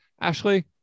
Ashley